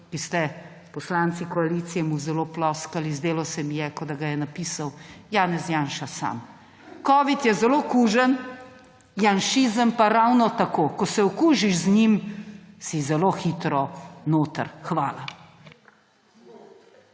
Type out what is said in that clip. ki ste mu poslanci koalicije zelo ploskali, se mi je zdelo, kot da ga je napisal Janez Janša sam. Covid je zelo kužen, janšizem pa ravno tako – ko se okužiš z njim, si zelo hitro notri. Hvala.